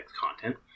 content